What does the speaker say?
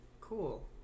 cool